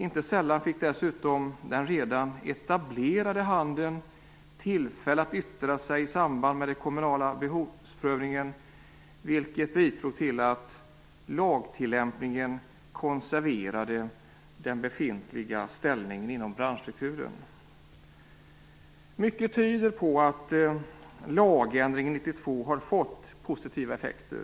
Inte sällan fick dessutom den redan etablerade handeln tillfälle att yttra sig i samband med den kommunala behovsprövningen, vilket bidrog till att lagtillämpningen konserverade ställningen inom den befintliga branschstrukturen. Mycket tyder på att lagändringen 1992 har fått positiva effekter.